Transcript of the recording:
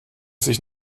sich